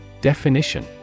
Definition